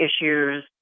issues